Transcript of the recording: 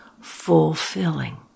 fulfilling